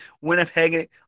Winnipeg